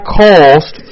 cost